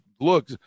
look